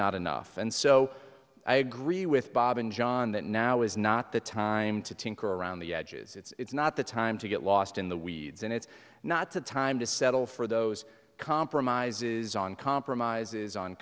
not enough and so i agree with bob and john that now is not the time to tinker around the edges it's not the time to get lost in the weeds and it's not the time to settle for those compromises on compromises on